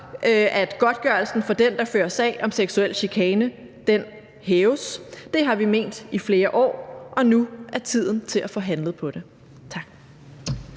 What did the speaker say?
at godtgørelsen for den, der fører en sag om seksuel chikane, hæves. Det har vi ment i flere år, og nu er tiden til at få handlet på det. Tak.